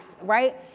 right